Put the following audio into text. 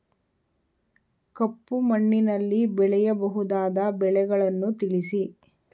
ಕಪ್ಪು ಮಣ್ಣಿನಲ್ಲಿ ಬೆಳೆಯಬಹುದಾದ ಬೆಳೆಗಳನ್ನು ತಿಳಿಸಿ?